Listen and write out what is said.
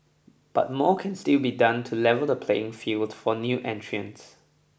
but more can still be done to level the playing field for new entrants